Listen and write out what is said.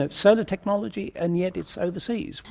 ah solar technology and yet it's overseas.